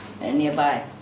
nearby